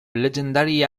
legendary